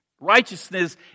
Righteousness